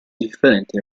differenti